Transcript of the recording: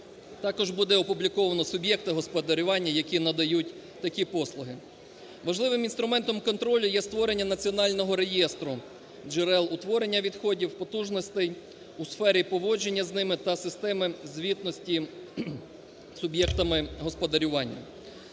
Також будуть опубліковано суб'єкти господарювання, які надають такі послуги. Важливим інструментом контролю є створення національного реєстру джерел утворення відходів, потужностей у сфері поводження з ними та системи звітності суб'єктами господарювання.